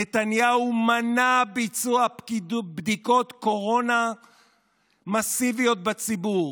נתניהו מנע ביצוע בדיקות קורונה מסיביות בציבור.